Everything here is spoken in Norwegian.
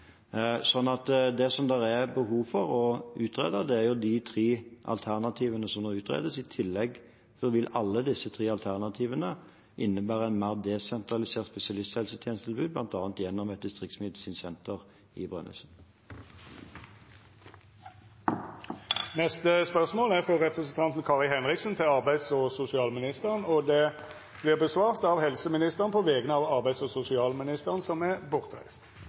Det det er behov for å utrede, er de tre alternativene som nå utredes. I tillegg vil alle disse tre alternativene innebære et mer desentralisert spesialisthelsetjenestetilbud, bl.a. gjennom et distriktsmedisinsk senter i Brønnøysund. Dette spørsmålet, frå Kari Henriksen til arbeids- og sosialministeren, vert svara på av helseministeren på vegner av arbeids- og sosialministeren, som er bortreist.